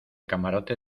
camarote